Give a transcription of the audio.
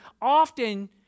often